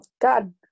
God